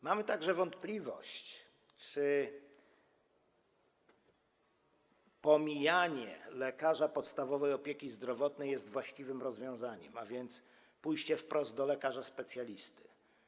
Mamy także wątpliwość co do tego, czy pomijanie lekarza podstawowej opieki zdrowotnej jest właściwym rozwiązaniem, a więc pójście wprost do lekarza specjalisty.